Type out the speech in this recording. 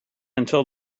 until